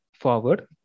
forward